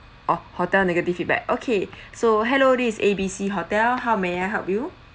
oh hotel negative feedback okay so hello this is A_B_C hotel how may I help you